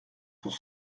pour